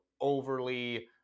overly